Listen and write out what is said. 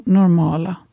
normala